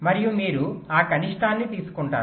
మరియు మీరు ఆ కనిష్టాన్ని తీసుకుంటారు